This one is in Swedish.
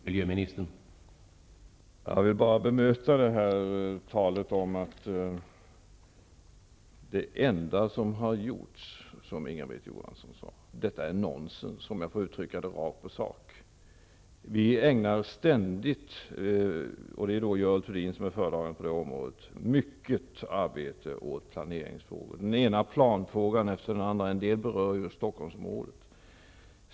Herr talman! Jag vill bara bemöta Inga-Britt Johanssons tal om det enda som skulle ha gjorts. Detta är nonsens, om jag får uttrycka det rakt på sak. Vi ägnar ständigt mycket arbete åt planeringsfrågor. Det är Görel Thurdin som är föredragande på det området. Därvid bereds den ena planfrågan efter den andra -- en del berör som bekant Stockholmsområdet.